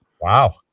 Wow